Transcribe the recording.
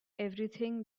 everything